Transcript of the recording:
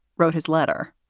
wrote his letter